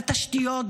בתשתיות,